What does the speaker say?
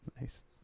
Nice